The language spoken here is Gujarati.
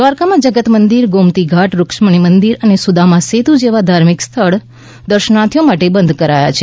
દ્વારકામાં જગત મંદિર ગોમતી ઘાટ રૂક્ષમણિ મંદિર અને સુદામા સેતુ જેવા ધાર્મિક સ્થળ દર્શનાર્થીઓ માટે બંધ કરાયા છે